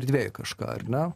erdvėj kažką ar ne